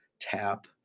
tap